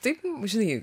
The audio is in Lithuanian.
taip žinai